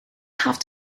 have